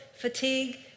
fatigue